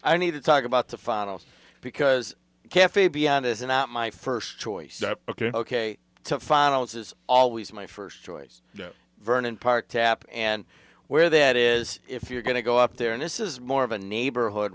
i need to talk about the finals because cafe beyond is not my first choice ok ok to finals is always my first choice vernon park tap and where that is if you're going to go up there and this is more of a neighborhood